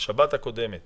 בשבת הקודמת